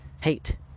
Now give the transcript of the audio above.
Hate